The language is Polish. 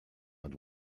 nad